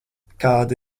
kāda